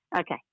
Okay